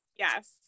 Yes